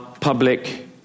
public